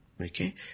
Okay